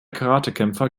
karatekämpfer